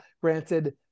Granted